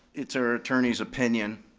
it's our attorney's opinion.